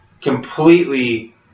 completely